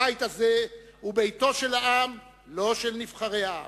הבית הזה הוא ביתו של העם, לא של נבחרי העם,